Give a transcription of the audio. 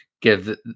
give